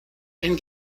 and